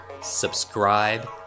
subscribe